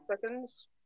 Seconds